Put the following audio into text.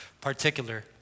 particular